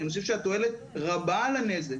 כי אני חושבת שהתועלת רבה על הנזק,